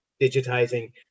digitizing